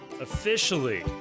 officially